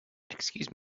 excuse